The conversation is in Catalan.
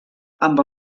amb